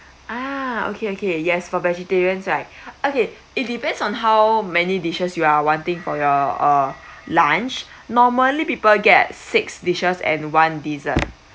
ah okay okay yes for vegetarians right okay it depends on how many dishes you are wanting for your uh lunch normally people get six dishes and one dessert